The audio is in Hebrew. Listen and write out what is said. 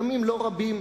ימים לא רבים,